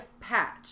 patch